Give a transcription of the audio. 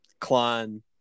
Klein